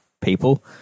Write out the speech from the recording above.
people